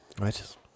Right